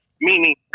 meaning